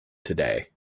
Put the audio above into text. today